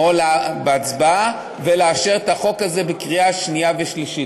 בהצבעה ולאשר את החוק הזה בקריאה שנייה ושלישית.